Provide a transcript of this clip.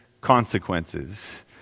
consequences